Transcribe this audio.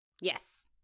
Yes